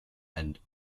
and